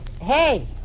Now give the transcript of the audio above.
Hey